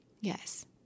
Yes